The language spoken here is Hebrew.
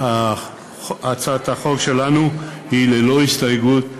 הצעת החוק שלנו היא ללא הסתייגות,